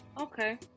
Okay